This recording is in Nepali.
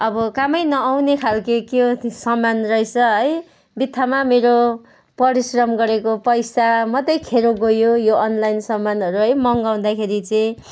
अब कामै नआउने खालको के हो त्यो सामान रहेछ है बित्थामा मेरो परिश्रम गरेको पैसा मात्रै खेर गयो यो अनलाइन सामानहरू है मगाउँदाखेरि चाहिँ